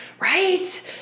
right